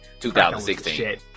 2016